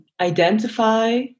identify